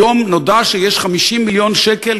היום נודע שיש כבר 50 מיליון שקל